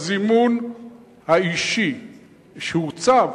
הזימון האישי שהוצג,